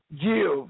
Give